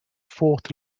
fourth